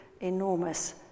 enormous